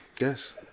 Yes